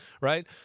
right